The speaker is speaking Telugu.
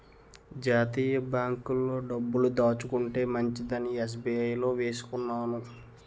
జాతీయ బాంకుల్లో డబ్బులు దాచుకుంటే మంచిదని ఎస్.బి.ఐ లో వేసుకున్నాను